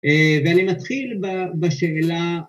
ואני מתחיל בשאלה